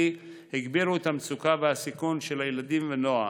הגבירו את המצוקה והסיכון של הילדים והנוער.